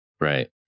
right